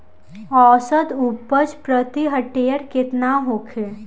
औसत उपज प्रति हेक्टेयर केतना होखे?